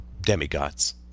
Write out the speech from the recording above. demigods